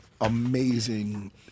amazing